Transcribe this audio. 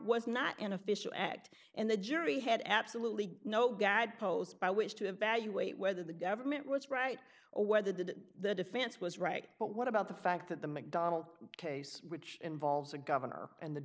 was not an official act and the jury had absolutely no guidepost by which to evaluate whether the government was right or whether that the defense was right but what about the fact that the mcdonald case which involves a governor and the